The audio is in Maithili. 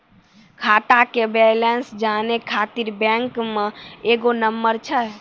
खाता के बैलेंस जानै ख़ातिर बैंक मे एगो नंबर छै?